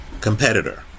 competitor